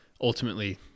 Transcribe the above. ultimately